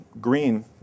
green